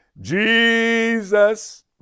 Jesus